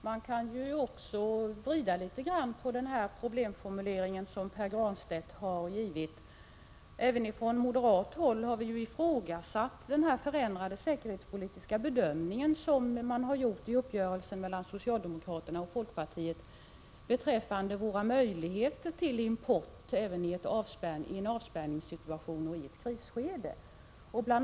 Herr talman! Man kan vrida litet på den problemformulering som Pär Granstedt har givit. Även från moderat håll har vi ifrågasatt den förändrade säkerhetspolitiska bedömning som man har gjort i samband med uppgörelsen mellan socialdemokraterna och folkpartiet beträffande våra möjligheter till import även i en avspärrningssituation och i ett krisskede. Bl.